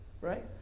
right